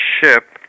ship